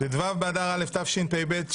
ט"ו באדר א' תשפ"ב,